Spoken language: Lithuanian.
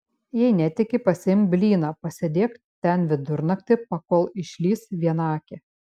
jei netiki pasiimk blyną pasėdėk ten vidurnaktį pakol išlįs vienakė